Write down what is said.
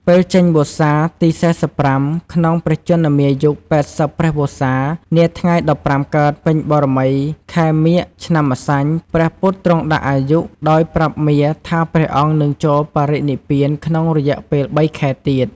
ពេលចេញវស្សាទី ៤៥ ក្នុងព្រះជន្មាយុ ៨០ ព្រះវស្សា នាថ្ងៃ ១៥ កើតពេញបូណ៌មី ខែមាឃ ឆ្នាំម្សាញ់ ព្រះពុទ្ធទ្រង់ដាក់អាយុ ដោយប្រាប់មារថាព្រះអង្គនឹងចូលបរិនិព្វានក្នុងរយៈពេល ៣ ខែទៀត។